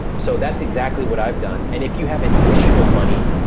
so that's exactly what i've done. and if you have additional money,